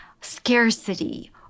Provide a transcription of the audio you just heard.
scarcity